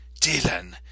Dylan